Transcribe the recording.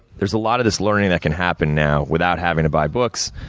there's a lot of this learning that can happen now, without having to buy books,